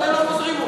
ואתם לא פותרים אותן.